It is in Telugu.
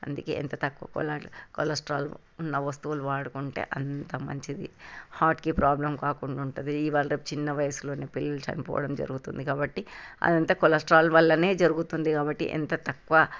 అందుకే ఎంత తక్కువ కొలె కొలెస్ట్రాల్ ఉన్న వస్తువులు వాడుకుంటే అంతా మంచిది హార్ట్కి ప్రాబ్లం కాకుండా ఉంటుంది ఇవాళ రేపు చిన్న వయసులోనే పిల్లలు చనిపోవడం జరుగుతుంది కాబట్టి అదంతా కొలెస్ట్రాల్ వల్ల జరుగుతుంది కాబట్టి ఎంత తక్కువ